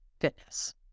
fitness